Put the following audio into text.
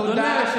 תודה רבה.